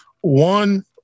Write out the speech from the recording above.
one